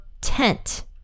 tent